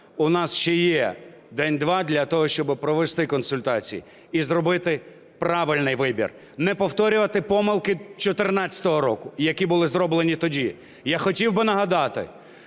у нас ще є день-два для того, щоби провести консультації і зробити правильний вибір, не повторювати помилки 2014 року, які були зроблені тоді. Я хотів би нагадати,